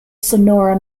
sonora